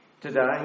today